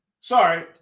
sorry